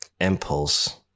impulse